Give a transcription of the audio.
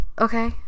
Okay